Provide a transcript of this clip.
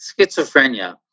schizophrenia